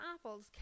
apples